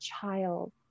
child